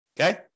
Okay